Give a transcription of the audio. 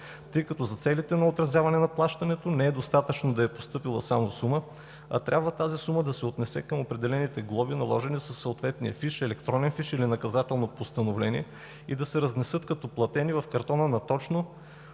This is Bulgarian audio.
тъй като за целите на отразяване на плащането не е достатъчно да е постъпила само сума, а трябва тази сума да се отнесе към определените глоби, наложени със съответният фиш, електронен фиш или наказателно постановление и да се разнесат като платени в картона на точно